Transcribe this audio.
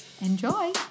Enjoy